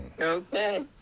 Okay